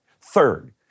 Third